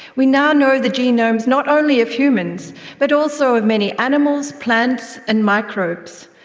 we now know the genomes not only of humans but also of many animals, plants and microbes.